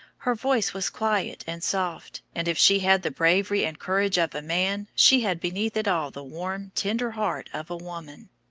her voice was quiet and soft, and if she had the bravery and courage of a man, she had beneath it all the warm, tender heart of a woman.